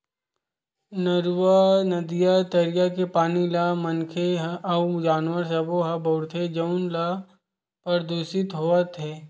नरूवा, नदिया, तरिया के पानी ल मनखे अउ जानवर सब्बो ह बउरथे जउन ह परदूसित होवत हे